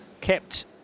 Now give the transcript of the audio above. kept